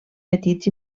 petits